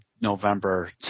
November